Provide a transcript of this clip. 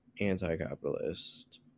anti-capitalist